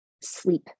sleep